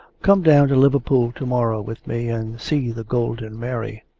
come down to liverpool to-morrow with me, and see the golden mary.